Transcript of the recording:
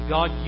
God